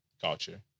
culture